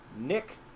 Nick